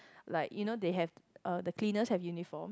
like you know they have uh the cleaners have uniform